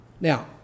Now